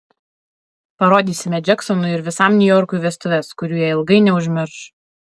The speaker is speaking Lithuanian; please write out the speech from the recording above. parodysime džeksonui ir visam niujorkui vestuves kurių jie ilgai neužmirš